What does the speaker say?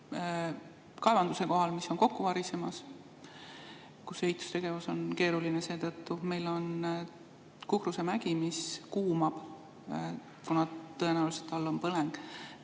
kaevanduse kohal, mis on kokku varisemas ja kus ehitustegevus on seetõttu keeruline. Meil on Kukruse mägi, mis kuumab, kuna tõenäoliselt seal all on põleng.